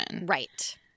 Right